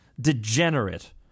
degenerate